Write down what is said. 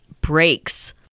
breaks